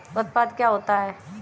उत्पाद क्या होता है?